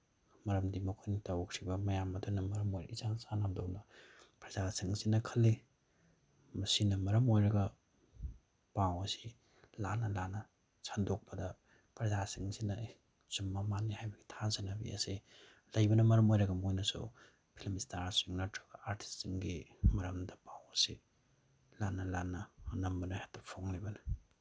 ꯃꯔꯝꯗꯤ ꯃꯈꯣꯏꯅ ꯇꯧꯈ꯭ꯔꯤꯕ ꯃꯌꯥꯝ ꯑꯗꯨꯅ ꯃꯔꯝ ꯑꯣꯏꯔꯒ ꯏꯆꯥꯟ ꯆꯥꯟꯅꯕꯗꯧꯅ ꯄ꯭ꯔꯖꯥꯁꯤꯡꯁꯤꯅ ꯈꯜꯂꯤ ꯃꯁꯤꯅ ꯃꯔꯝ ꯑꯣꯏꯔꯒ ꯄꯥꯎ ꯑꯁꯤ ꯂꯥꯟꯅ ꯂꯥꯟꯅ ꯁꯟꯗꯣꯛꯄꯗ ꯄ꯭ꯔꯖꯥꯁꯤꯡꯁꯤꯅ ꯑꯦ ꯆꯨꯝꯃ ꯃꯥꯜꯂꯦ ꯍꯥꯏꯕꯒꯤ ꯊꯥꯖꯅꯕꯤ ꯑꯁꯤ ꯂꯩꯕꯅ ꯃꯔꯝ ꯑꯣꯏꯔꯒ ꯃꯣꯏꯅꯁꯨ ꯐꯤꯂꯝ ꯏꯁꯇꯥꯔꯁꯤꯡꯅ ꯅꯠꯇ꯭ꯔꯒꯅ ꯑꯥꯔꯇꯤꯁꯒꯤ ꯃꯔꯝꯗ ꯄꯥꯎ ꯑꯁꯤ ꯂꯥꯟꯅ ꯂꯥꯟꯅ ꯑꯅꯝꯕꯅ ꯍꯦꯛꯇ ꯐꯣꯡꯂꯤꯕꯅꯤ